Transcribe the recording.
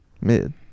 Mid